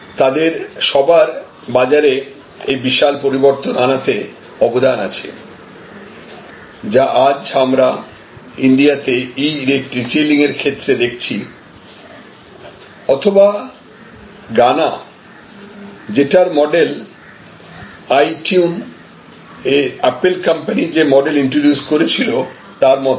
তাদের সবার বাজারে এই বিশাল পরিবর্তন আনাতে অবদান আছে যা আজ আমরা ইন্ডিয়াতে ই রেটেলিং এর ক্ষেত্রে দেখছি অথবা গানা যেটার মডেল আইটিউন এ অ্যাপল কোম্পানি যে মডেল ইন্ট্রোডিউস করেছিল তার মত